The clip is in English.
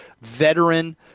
Veteran